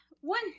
one